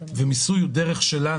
ומיסוי הוא דרך שלנו,